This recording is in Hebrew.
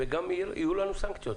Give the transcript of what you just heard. וגם יהיו לנו סנקציות.